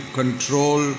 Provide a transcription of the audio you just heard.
control